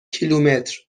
کیلومتر